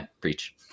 Preach